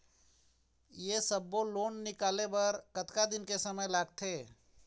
ये सब्बो लोन निकाले बर कतका दिन के समय लगथे?